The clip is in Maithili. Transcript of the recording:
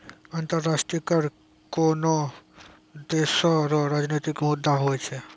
अंतर्राष्ट्रीय कर कोनोह देसो रो राजनितिक मुद्दा हुवै छै